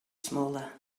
smaller